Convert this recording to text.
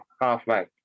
Halfway